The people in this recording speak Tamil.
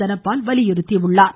தனபால் வலியுறுத்தியுள்ளார்